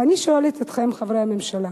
ואני שואלת אתכם, חברי הממשלה,